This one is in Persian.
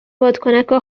بادکنکا